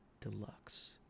Deluxe